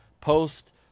post